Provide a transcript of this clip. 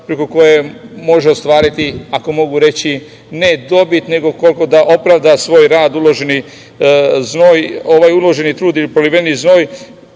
preko koje može ostvariti, ako mogu reći ne dobit, nego koliko da opravda svoj rad, uloženi trud i proliveni znoj,